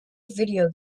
video